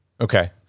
okay